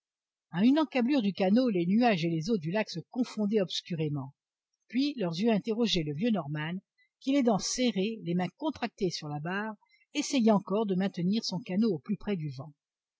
une encablure du canot les nuages et les eaux du lac se confondaient obscurément puis leurs yeux interrogeaient le vieux norman qui les dents serrées les mains contractées sur la barre essayait encore de maintenir son canot au plus près du vent